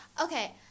Okay